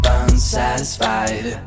unsatisfied